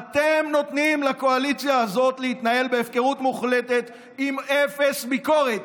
אתם נותנים לקואליציה הזאת להתנהל בהפקרות מוחלטת עם אפס ביקורת,